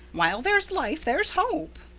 while there's life there's hope.